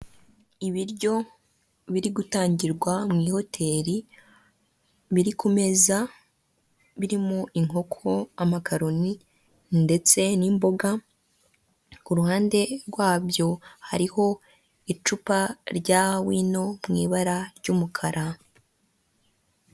;Ibiryo biri gutangirwa mu i hoteli biri ku meza birimo: inkoko, amakaroni, ndetse n'imboga, iruhande rwabyo hariho icupa rya wino mu ibara ry'umukara.